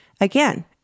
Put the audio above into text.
again